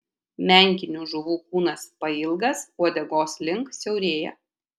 menkinių žuvų kūnas pailgas uodegos link siaurėja